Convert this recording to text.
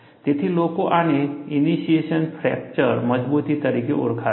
તેથી લોકો આને ઇનિશિએશન ફ્રેક્ચર મજબૂતી તરીકે ઓળખાવે છે